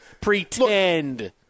Pretend